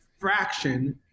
fraction